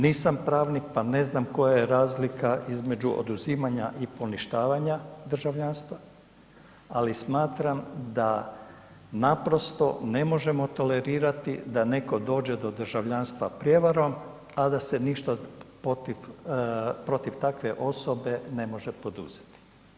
Nisam pravnik, pa ne znam koja je razlika između oduzimanja i poništavanja državljanstva, ali smatram da naprosto ne možemo tolerirati da netko dođe do državljanstva prijevarom, a da se ništa protiv takve osobe ne može poduzeti.